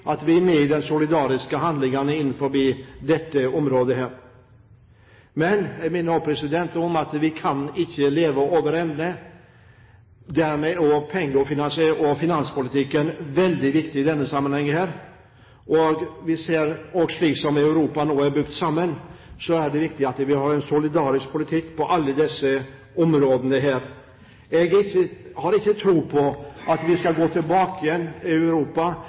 at vi er med i de solidariske handlingene innenfor dette området. Men jeg minner også om at vi ikke kan leve over evne. Dermed er også penge- og finanspolitikken veldig viktig i denne sammenhengen. Slik som Europa nå er bygd sammen, er det viktig at vi har en solidarisk politikk på alle disse områdene. Jeg har ikke tro på at vi i Europa skal gå tilbake igjen til hver vår valuta. Hva resulterte dette i?